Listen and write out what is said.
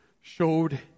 showed